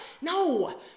No